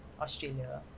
Australia